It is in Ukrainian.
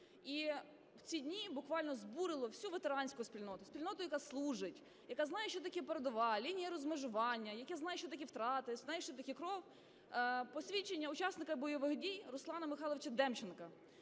І в ці дні буквально збурило всю ветеранську спільноту - спільноту, яка служить, яка знає, що таке передова, лінія розмежування, яка знає, що таке втрати, знає, що таке кров, – посвідчення учасника бойових дій Руслана Михайловича Демченка.